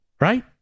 Right